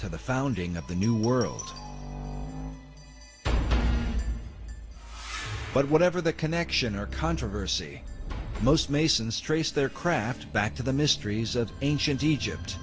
to the founding of the new world but whatever the connection or controversy most masons trace their craft back to the mysteries of ancient egypt